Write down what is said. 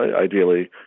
ideally